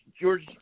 George